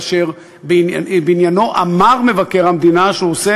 ואשר בעניינו אמר מבקר המדינה שהוא עושה